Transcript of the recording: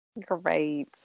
Great